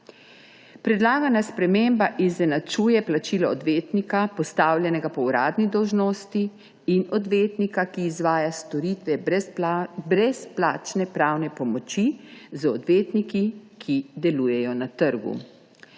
Predlagana sprememba izenačuje plačilo odvetnika, postavljenega po uradni dolžnosti, in odvetnika, ki izvaja storitve brezplačne pravne pomoči, z odvetniki, ki delujejo na trgu.